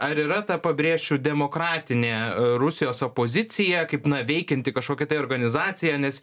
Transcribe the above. ar yra ta pabrėšiu demokratinė rusijos opozicija kaip na veikianti kažkokia ta organizacija nes